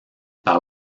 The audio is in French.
par